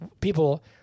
people